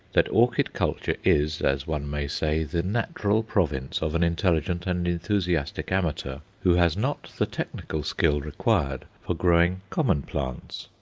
that orchid culture is, as one may say, the natural province of an intelligent and enthusiastic amateur who has not the technical skill required for growing common plants.